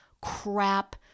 crap